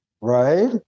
right